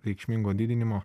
reikšmingo didinimo